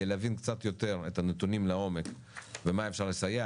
להבין קצת יותר את הנתונים לעומק ומה אפשר לסייע,